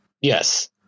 Yes